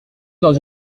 dans